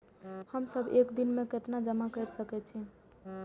हम सब एक दिन में केतना जमा कर सके छी?